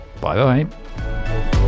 Bye-bye